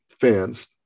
fans